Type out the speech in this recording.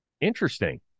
Interesting